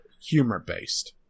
humor-based